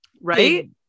Right